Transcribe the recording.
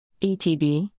ETB